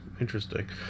Interesting